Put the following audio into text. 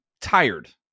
tired